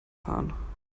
fahren